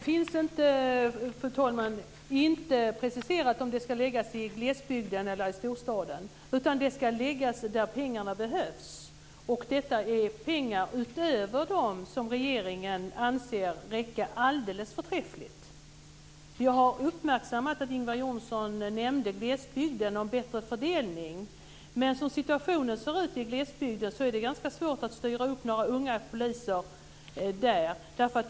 Fru talman! Det är inte preciserat om pengarna ska läggas i glesbygden eller i storstaden, utan de ska läggas där pengarna behövs. Detta är pengar utöver dem som regeringen anser räcker alldeles förträffligt. Jag uppmärksammade att Ingvar Johnsson nämnde glesbygden och en bättre fördelning. Men som situationen ser ut i glesbygden är det ganska svårt att styra upp några unga poliser dit.